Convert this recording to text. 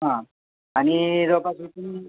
हं आणि जवळपास असून